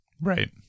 Right